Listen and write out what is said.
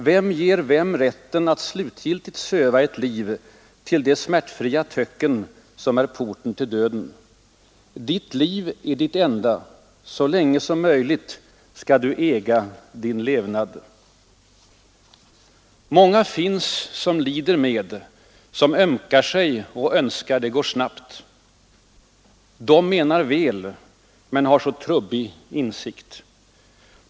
Vem ger vem rätten att slutgiltigt söva ett liv till det smärtfria töcken som är porten till döden? Ditt liv är ditt enda. Så länge som möjligt skall du äga din levnad. Många finns som lider med, som ömkar sig och önskar det går snabbt. De menar väl, men har så trubbig insikt.